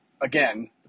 Again